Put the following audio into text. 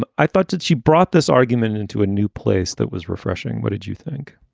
um i thought that she brought this argument into a new place that was refreshing. what did you think?